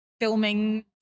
filming